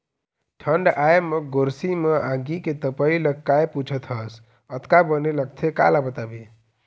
ठंड आय म गोरसी म आगी के तपई ल काय पुछत हस अतका बने लगथे काला बताबे